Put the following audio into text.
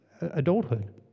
adulthood